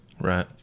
right